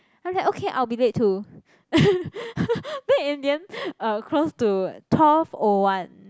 I'm like okay I'll be late too then in the end uh close to twelve O one